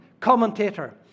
Commentator